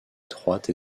étroites